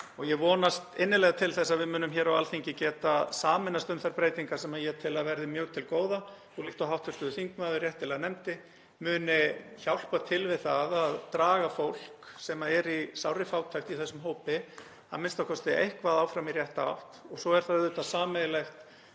Ég vonast innilega til þess að við munum hér á Alþingi geta sameinast um þær breytingar sem ég tel að verði mjög til góða og, líkt og hv. þingmaður réttilega nefndi, muni hjálpa til við að draga fólk sem er í sárri fátækt í þessum hópi a.m.k. eitthvað áfram í rétta átt. Svo er það auðvitað sameiginlegt